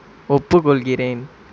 ஒப்புக்கொள்கிறேன்